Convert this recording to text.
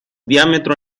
diámetro